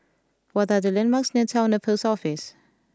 what are the landmarks near Towner Post Office